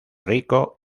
rico